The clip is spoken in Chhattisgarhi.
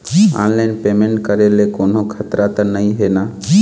ऑनलाइन पेमेंट करे ले कोन्हो खतरा त नई हे न?